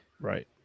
Right